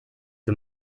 the